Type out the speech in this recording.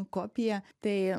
kopija tai